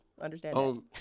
Understand